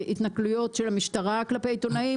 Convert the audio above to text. התנכלויות של המשטרה כלפי עיתונאים,